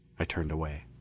i turned away.